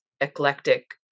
eclectic